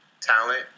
talent